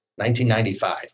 1995